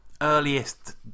Earliest